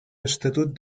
estatut